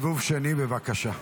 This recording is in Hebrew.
סיבוב שני, בבקשה.